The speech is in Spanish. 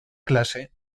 clase